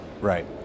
Right